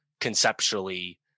conceptually